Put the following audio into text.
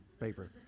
paper